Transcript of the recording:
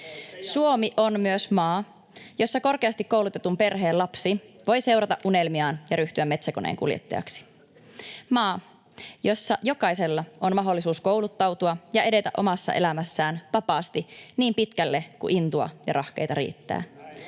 Suomi on myös maa, jossa korkeasti koulutetun perheen lapsi voi seurata unelmiaan ja ryhtyä metsäkoneenkuljettajaksi, maa, jossa jokaisella on mahdollisuus kouluttautua ja edetä omassa elämässään vapaasti niin pitkälle kuin intoa ja rahkeita riittää.